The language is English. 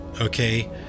okay